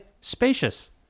Spacious